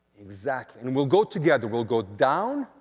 exactly, and we'll go together, we'll go down,